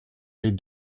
les